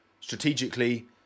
strategically